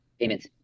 payments